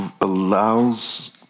allows